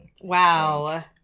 Wow